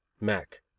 Mac